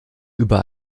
über